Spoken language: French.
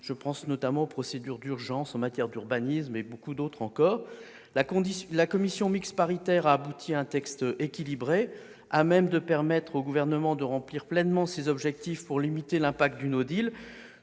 Je pense notamment aux procédures d'urgence en matière d'urbanisme et à beaucoup d'autres encore. La commission mixte paritaire a abouti à un texte équilibré, à même de permettre au Gouvernement de remplir pleinement ses objectifs pour limiter l'impact du tout